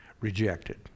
rejected